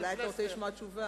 אולי אתה רוצה לשמוע תשובה.